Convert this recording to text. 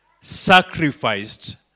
sacrificed